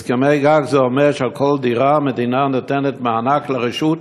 הסכמי גג זה אומר שעל כל דירה המדינה נותנת מענק לרשות,